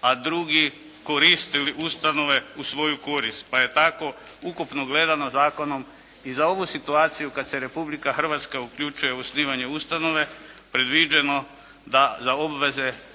a drugi koristili ustanove u svoju korist, pa je tako ukupno gledano zakonom i za ovu situaciju kad se Republika Hrvatska uključuje u osnivanje ustanove predviđeno da za obveze